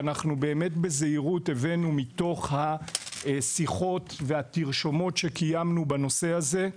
שאנחנו באמת בזהירות הבאנו מתוך השיחות והתרשומות שקיימנו בנושא הזה.